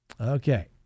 Okay